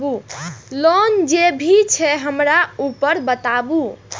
Loan जे भी छे हमरा ऊपर बताबू?